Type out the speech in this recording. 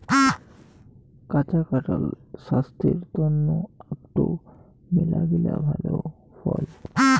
কাঁচা কাঁঠাল ছাস্থের তন্ন আকটো মেলাগিলা ভাল ফল